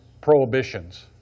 prohibitions